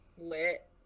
lit